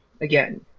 again